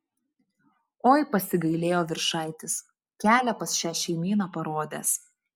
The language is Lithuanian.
oi pasigailėjo viršaitis kelią pas šią šeimyną parodęs